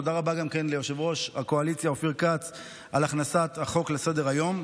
תודה רבה גם ליושב-ראש הקואליציה אופיר כץ על הכנסת החוק לסדר-היום.